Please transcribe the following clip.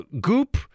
goop